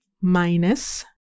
Minus